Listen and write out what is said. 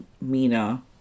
Mina